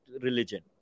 religion